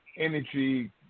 energy